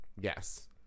Yes